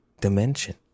dimension